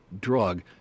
drug